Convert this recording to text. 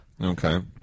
Okay